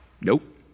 nope